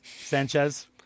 Sanchez